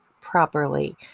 properly